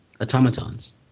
automatons